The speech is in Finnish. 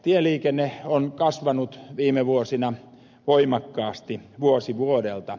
tieliikenne on kasvanut viime vuosina voimakkaasti vuosi vuodelta